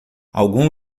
algum